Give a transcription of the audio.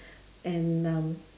and um